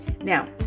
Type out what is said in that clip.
Now